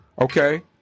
Okay